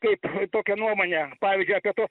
kaip tokią nuomonę pavyzdžiui apie tuos